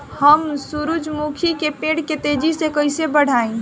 हम सुरुजमुखी के पेड़ के तेजी से कईसे बढ़ाई?